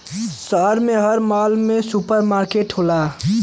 शहर में हर माल में सुपर मार्किट होला